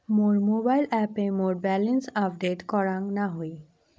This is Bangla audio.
মোর মোবাইল অ্যাপে মোর ব্যালেন্স আপডেট করাং না হই